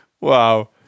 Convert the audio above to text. Wow